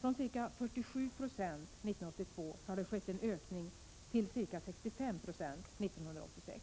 Från ca 47 96 år 1982 har det skett en ökning till ca 65 96 år 1986.